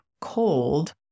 cold